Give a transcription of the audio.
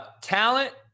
talent